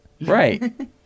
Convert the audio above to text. Right